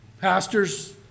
pastors